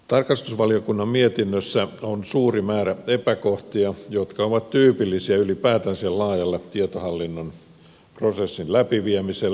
tarkastusvaliokunnan mietinnössä on suuri määrä epäkohtia jotka ovat tyypillisiä ylipäätänsä laajalle tietohallinnon prosessin läpiviemiselle